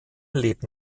lebt